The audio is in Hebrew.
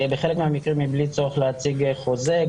בחלק מהמקרים מבלי צורך להציג חוזה.